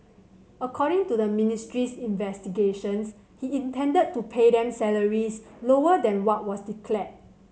according to the ministry's investigations he intended to pay them salaries lower than what was declared